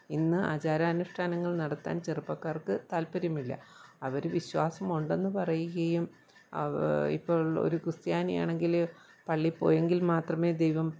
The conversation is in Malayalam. ഇന്ന് ആചാരാനുഷ്ടാനങ്ങൾ നടത്താൻ ചെറുപ്പക്കാർക്ക് താൽപ്പര്യമില്ല അവർ വിശ്വാസമുണ്ടെന്ന് പറയുകയും അവ ഇപ്പോൾ ഒരു ക്രിസ്ത്യാനിയാണെങ്കിൽ പള്ളിയിൽ പോയെങ്കിൽ മാത്രമേ ദൈവം